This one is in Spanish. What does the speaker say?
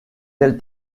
del